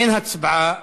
אין הצבעה